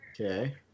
okay